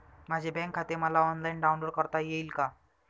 माझे बँक खाते मला ऑनलाईन डाउनलोड करता येईल का?